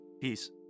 peace